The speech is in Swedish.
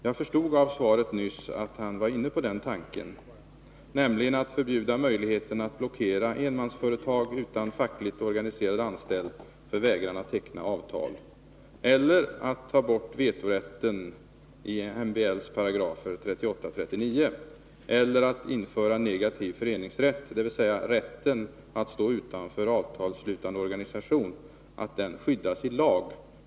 Jag förstod av svaret nyss att arbetsmarknadsministern var inne på tanken att förbjuda möjligheten att blockera enmansföretag utan fackligt organiserad anställd för vägran att teckna avtal, att ta bort vetorätten i MBL:s §§ 38 och 39 eller att införa negativ föreningsrätt, dvs. rätten att stå utanför avtalsslutande organisation, och att den rätten skyddas i lag.